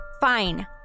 fine